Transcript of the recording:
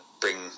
bring